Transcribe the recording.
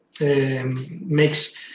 makes